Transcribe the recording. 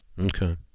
Okay